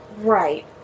Right